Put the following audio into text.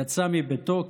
יצא מביתו,